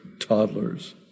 toddlers